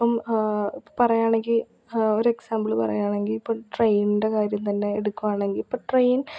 ഇപ്പം പറയുകയാണെങ്കിൽ ഒരു എക്സാംമ്പിള് പറയുകയാണെങ്കിൽ ഇപ്പം ട്രെയിനിൻ്റെ കാര്യം തന്നെ എടുക്കുകയാണെങ്കിൽ ഇപ്പം ട്രെയിൻ